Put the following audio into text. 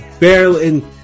barely